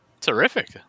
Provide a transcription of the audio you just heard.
terrific